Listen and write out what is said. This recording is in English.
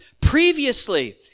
Previously